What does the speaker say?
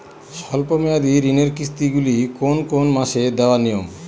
স্বল্প মেয়াদি ঋণের কিস্তি গুলি কোন কোন মাসে দেওয়া নিয়ম?